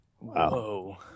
Wow